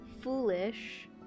Foolish